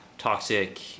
Toxic